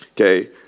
Okay